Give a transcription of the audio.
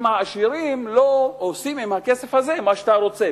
אם העשירים לא עושים עם הכסף הזה מה שאתה רוצה,